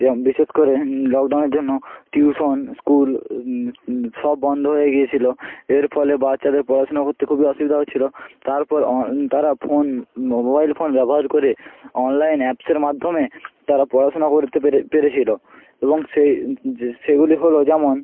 যে বিশেষ করে লকডাউনের জন্য টিউশন স্কুল সব বন্ধ হয়ে গিয়েছিল এর ফলে বাচ্চাদের পড়াশুনা করতে খুবই অসুবিধা হচ্ছিল তারপর তারা ফোন মোবাইল ফোন ব্যবহার করে অনলাইন অ্যাপসের মাধ্যমে তারা পড়াশোনা করতে পেরে পেরেছিল এবং সে সেগুলি হল যেমন